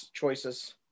choices